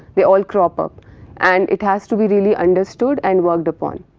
they all crop up and it has to be really understood and worked upon.